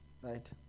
right